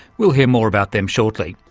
we'll hear more about them shortly.